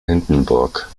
hindenburg